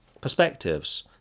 perspectives